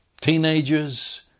teenagers